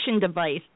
device